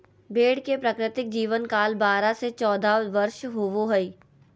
भेड़ के प्राकृतिक जीवन काल बारह से चौदह वर्ष होबो हइ